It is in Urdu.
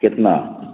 کتنا